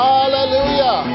Hallelujah